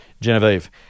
Genevieve